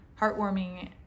heartwarming